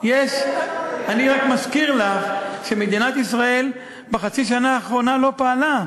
אני רק מזכיר לך שמדינת ישראל בחצי השנה האחרונה לא פעלה.